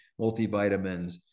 multivitamins